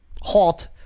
Halt